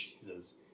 Jesus